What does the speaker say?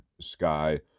sky